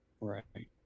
Right